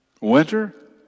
Winter